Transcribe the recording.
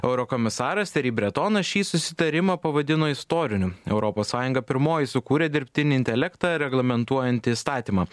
eurokomisaras tjeri bretonas šį susitarimą pavadino istoriniu europos sąjunga pirmoji sukūrė dirbtinį intelektą reglamentuojantį įstatymą